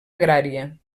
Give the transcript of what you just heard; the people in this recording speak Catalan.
agrària